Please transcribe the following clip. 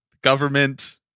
government